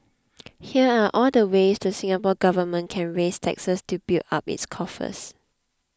here are all the ways the Singapore Government can raise taxes to build up its coffers